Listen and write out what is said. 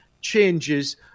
changes